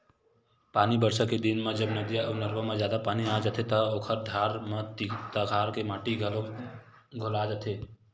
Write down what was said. पानी बरसा के दिन म जब नदिया अउ नरूवा म जादा पानी आ जाथे त ओखर धार म तीर तखार के माटी ह घलोक खोला जाथे